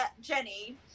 Jenny